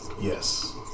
Yes